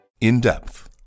In-depth